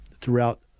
throughout